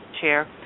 chair